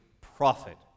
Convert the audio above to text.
prophet